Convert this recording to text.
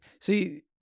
See